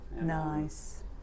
Nice